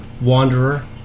wanderer